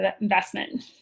investment